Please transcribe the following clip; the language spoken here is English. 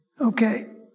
Okay